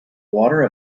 water